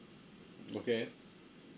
okay